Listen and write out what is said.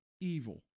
evil